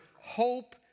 hope